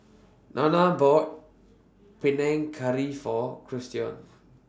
Nana bought Panang Curry For Christion